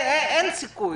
אין סיכוי.